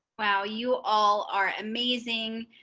wow. you all are amazing.